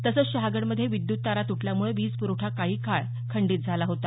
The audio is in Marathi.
तसंच शहागडमध्ये विद्युत तारा तुटल्यामुळे वीजपुरवठा काही काळ खंडीत झाला होता